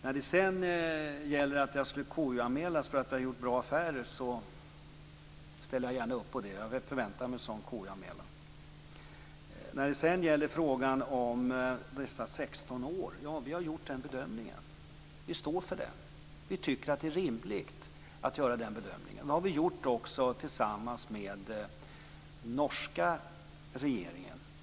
När det sedan gäller att jag skulle KU-anmälas för att ha gjort bra affärer ställer jag gärna upp på det. Jag förväntar mig en sådan KU-anmälan. När det gäller frågan om dessa 16 år är det den bedömning som vi har gjort. Vi står för den. Vi tycker att det är rimligt att göra den bedömningen. Den har vi gjort tillsammans med den norska regeringen.